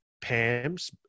pam's